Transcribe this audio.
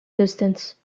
distance